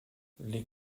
les